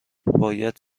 باید